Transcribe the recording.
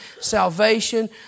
salvation